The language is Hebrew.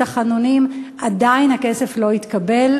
בתחנונים: עדיין הכסף לא התקבל.